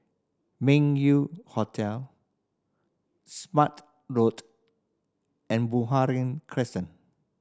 Meng Yew Hotel Smart Road and Buroh Crescent